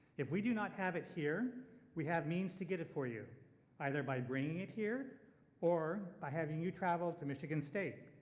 if we do not have it here, we have means to get it for you either by bringing it here or by having you travel to michigan state,